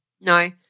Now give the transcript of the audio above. no